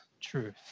truth